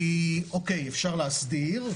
כי אפשר להסדיר,